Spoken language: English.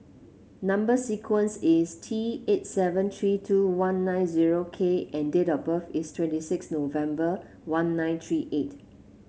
number sequence is T eight seven three two one nine zero K and date of birth is twenty six November one nine three eight